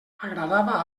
agradava